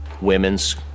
women's